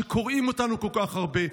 שקורעים אותנו כל כך הרבה.